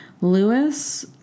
Lewis